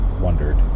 wondered